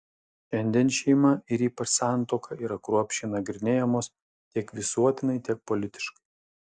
šiandien šeima ir ypač santuoka yra kruopščiai nagrinėjamos tiek visuotinai tiek politiškai